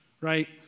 right